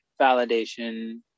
validation